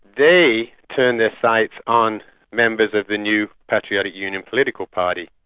they turned their sights on members of the new patriotic union political party.